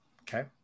okay